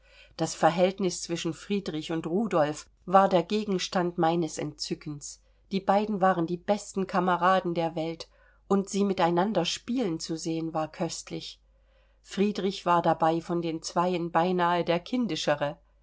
das verhältnis zwischen friedrich und rudolf war der gegenstand meines entzückens die beiden waren die besten kamera den der welt und sie miteinander spielen zu sehen war köstlich friedrich war dabei von den zweien beinah der kindischere